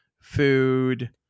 food